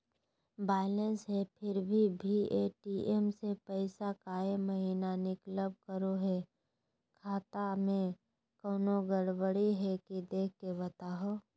Balance है फिर भी भी ए.टी.एम से पैसा काहे महिना निकलब करो है, खाता में कोनो गड़बड़ी है की देख के बताहों?